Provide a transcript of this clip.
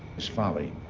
is folly.